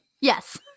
Yes